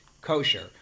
kosher